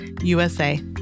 USA